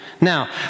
Now